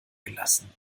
gelassen